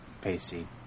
Pacey